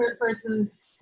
persons